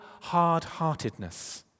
hard-heartedness